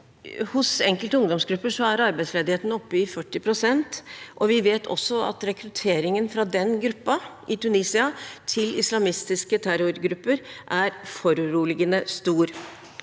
Hos enkelte ungdomsgrupper er arbeidsledigheten oppe i 40 pst., og vi vet også at rekrutteringen fra den gruppen i Tunisia til islamistiske terrorgrupper er foruroligende stor.